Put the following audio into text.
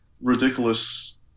ridiculous